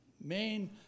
main